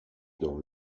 dans